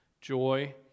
joy